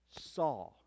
saw